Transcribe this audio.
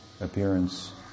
appearance